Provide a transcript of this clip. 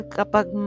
kapag